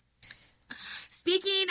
Speaking